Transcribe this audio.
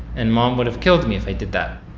and mom would've killed me if i did that.